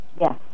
Yes